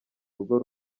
urugo